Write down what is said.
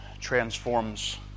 transforms